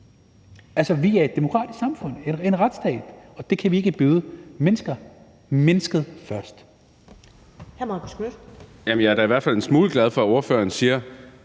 Vi er et demokratisk samfund, en retsstat, og det kan vi ikke byde mennesker. Mennesket først!